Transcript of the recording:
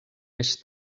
més